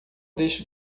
deixe